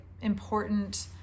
important